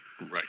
right